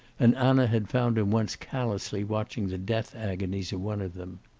and anna had found him once callously watching the death agonies of one of them.